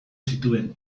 zituen